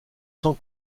sans